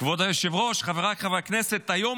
כבוד היושב-ראש, חבריי חברי הכנסת, היום